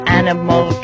animal